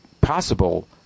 possible